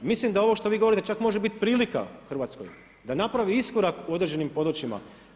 Mislim da ovo što vi govorite čak može biti prilika Hrvatskoj da napravi iskorak u određenim područjima.